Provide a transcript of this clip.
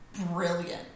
brilliant